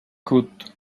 could